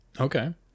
Okay